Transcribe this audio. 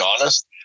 honest